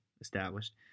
established